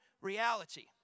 reality